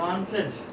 then for [what]